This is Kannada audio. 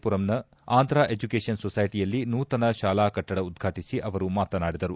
ಪುರಂನ ಆಂಧ್ರ ಎಜುಕೇಷನ್ ಸೊಸೈಟಿಯಲ್ಲಿ ನೂತನ ಶಾಲಾ ಕಟ್ಟಡ ಉದ್ಘಾಟಿಸಿ ಅವರು ಮಾತನಾಡಿದರು